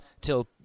till